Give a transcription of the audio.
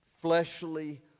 fleshly